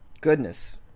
Goodness